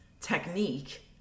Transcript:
technique